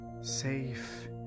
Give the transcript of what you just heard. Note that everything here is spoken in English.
safe